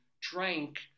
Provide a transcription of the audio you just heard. drank